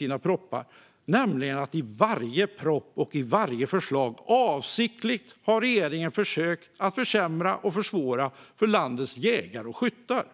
Regeringen har nämligen i varje proposition och i varje förslag avsiktligt försökt försämra och försvåra för landets jägare och skyttar.